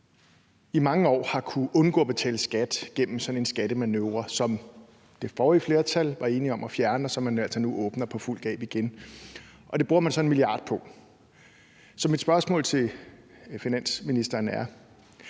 i mange år har kunnet undgå at betale skat gennem sådan en skattemanøvre, som det forrige flertal var enige om at fjerne, men som man altså nu åbner på fuld gab igen. Det bruger man så en milliard på. Så mit spørgsmål til finansministeren er: